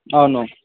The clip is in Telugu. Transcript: అవును